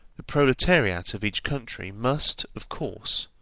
the proletariat of each country must, of course,